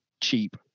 cheap